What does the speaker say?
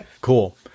Cool